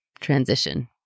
transition